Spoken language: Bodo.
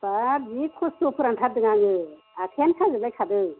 बाब जि खस्थ' फोरानथारदों आङो आखायानो साजोबलायखादों